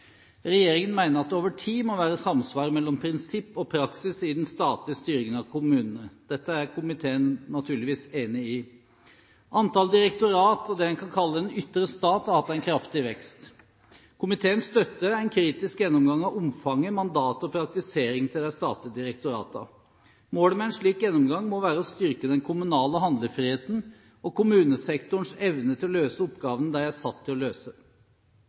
Regjeringen mener at det over tid må være samsvar mellom prinsipp og praksis i den statlige styringen av kommunene. Dette er komiteen naturligvis enig i. Antall direktorater og det man kan kalle den ytre stat, har hatt en kraftig vekst. Komiteen støtter en kritisk gjennomgang av omfanget, mandatet og praktiseringen til de statlige direktoratene. Målet med en slik gjennomgang må være å styrke den kommunale handlefriheten og kommunesektorens evne til å løse oppgavene de er satt til å løse.